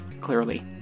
clearly